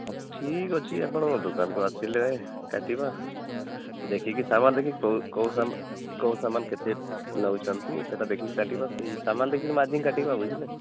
ହଉ ଠିକ୍ ଅଛି ଆପଣ ଦୋକାନକୁ ଆସିଲେ କାଟିବା ଦେଖିକି ସାମାନ୍ ଦେଖିକି କେଉଁ କେଉଁ ସାମାନ୍ କେଉଁ ସାମାନ୍ କେତେ ନେଉଛନ୍ତି ସେଇଟା ଦେଖିକି କାଟିବା ସେହି ସାମାନ୍ ଦେଖିକି ମାର୍ଜିନ୍ କାଟିବା ବୁଝିଲେ